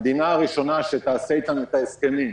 המדינה הראשונה שתעשה איתנו את ההסכמים,